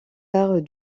arts